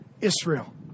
Israel